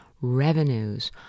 revenues